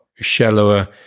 Shallower